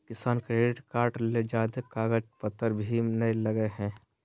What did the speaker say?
किसान credit card ले ज्यादे कागज पतर भी नय लगय हय